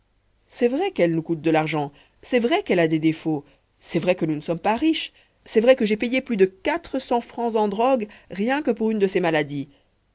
c'est vrai qu'elle nous coûte de l'argent c'est vrai qu'elle a des défauts c'est vrai que nous ne sommes pas riches c'est vrai que j'ai payé plus de quatre cents francs en drogues rien que pour une de ses maladies